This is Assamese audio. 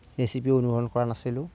ৰেচিপি অনুসৰণ কৰা নাছিলোঁ